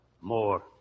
More